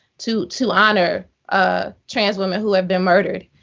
to to honor ah trans women who have been murdered.